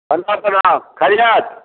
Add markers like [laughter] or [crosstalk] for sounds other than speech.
[unintelligible] प्रणाम खैरियत